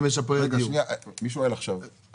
מי שואל עכשיו?